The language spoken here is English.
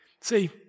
See